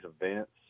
events